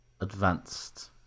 Advanced